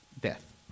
death